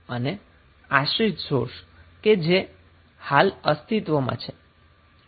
અને આશ્રિત સોર્સ કે જે હાલ અસ્તિત્વમાં છે